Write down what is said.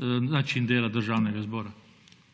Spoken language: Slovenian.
način dela Državnega zbora.